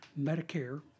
Medicare